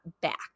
back